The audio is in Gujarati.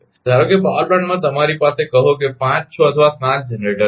ધારો કે પાવર પ્લાન્ટમાં તમારી પાસે કહો કે 5 6 અથવા 7 જનરેટર છે